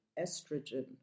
estrogen